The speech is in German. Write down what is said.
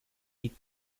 die